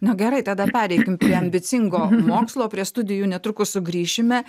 nu gerai tada pereikim prie ambicingo mokslo prie studijų netrukus sugrįšime